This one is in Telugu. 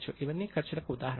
ఇవన్నీ ఖర్చులకు ఉదాహరణలు